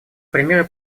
примеры